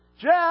Jeff